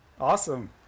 Awesome